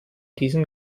diesem